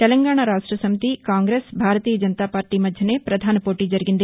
తెలంగాణా రాష్ట సమితి కాంగ్రెస్ భారతీయ జనతాపార్టీ మధ్యనే పధాన పోటీ జరిగింది